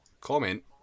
Comment